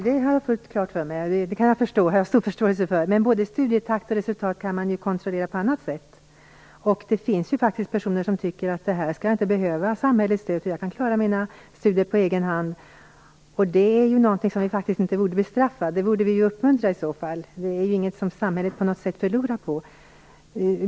Herr talman! Det kan jag ha förståelse för. Men studietakt och resultat kan ju kontrolleras på annat sätt. Det finns faktiskt personer som tycker att de inte behöver samhällets stöd, eftersom de kan klara sina studier på egen hand. Detta är någonting som inte borde bestraffas utan i stället uppmuntras. Det är ju inget som samhället på något sätt förlorar på.